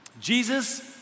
Jesus